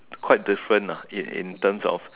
quite different lah in terms of